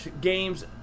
game's